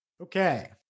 Okay